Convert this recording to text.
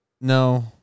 No